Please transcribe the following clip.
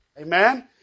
Amen